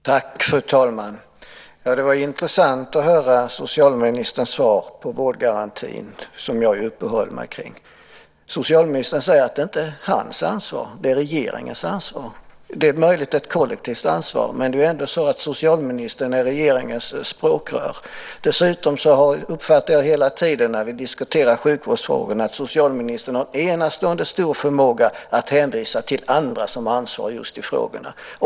Fru talman! Det var intressant att höra socialministerns svar om vårdgarantin, som jag uppehöll mig kring. Socialministern säger att det inte är hans ansvar utan att det är regeringens ansvar. Det är möjligt att detta är ett kollektivt ansvar. Men det är ändå så att socialministern är regeringens språkrör. Dessutom uppfattar jag hela tiden när vi diskuterar sjukvårdsfrågor att socialministern ena stunden har en stor förmåga att hänvisa till andra som har ansvaret i frågorna.